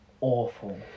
awful